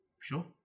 Sure